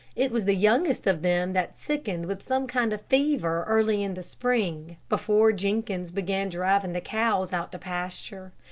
it was the youngest of them that sickened with some kind of fever early in the spring, before jenkins began driving the cows out to pasture.